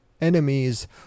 enemies